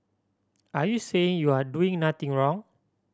are you saying you're doing nothing wrong